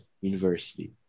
University